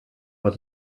was